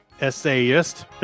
essayist